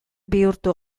bihurtu